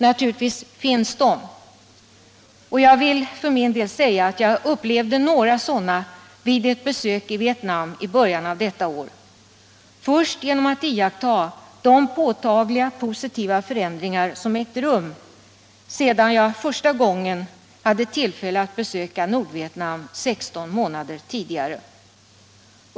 Naturligtvis finns de, och jag vill för min del säga att jag upplevde några sådana vid ett besök i Vietnam i början av detta år — först genom att iaktta de märkbart positiva förändringar som ägt rum sedan jag första gången hade tillfälle att besöka Nordvietnam 16 månader tidigare.